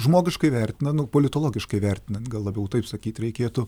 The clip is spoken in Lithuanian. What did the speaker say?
žmogiškai vertinant nu politologiškai vertinant gal labiau taip sakyt reikėtų